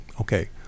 Okay